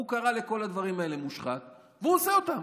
הוא קרא לכל הדברים האלה שחיתות והוא עושה אותם.